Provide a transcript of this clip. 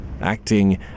acting